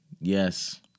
Yes